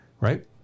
right